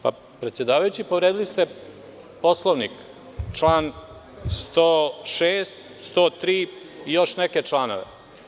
Predsedavajući povredili ste Poslovnik član 106, 103. i još neke članove.